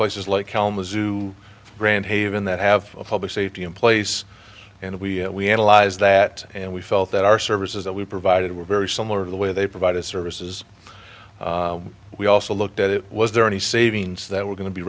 places like kalamazoo grand haven that have public safety in place and we we analyzed that and we felt that our services that we provided were very similar to the way they provided services we also looked at it was there any savings that were going to be